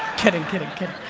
kidding, kidding, kidding.